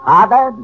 Father